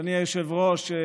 אדוני היושב-ראש,